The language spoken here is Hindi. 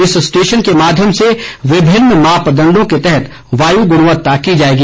इस स्टेशन के माध्यम से विभिन्न मापदण्डों के तहत वायु गुणवत्ता की जाएगी